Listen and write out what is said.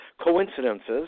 coincidences